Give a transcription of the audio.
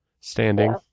standing